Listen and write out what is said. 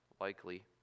likely